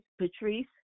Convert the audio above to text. Patrice